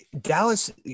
Dallas –